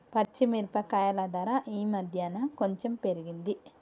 పచ్చి మిరపకాయల ధర ఈ మధ్యన కొంచెం పెరిగింది